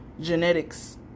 genetics